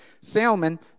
Salmon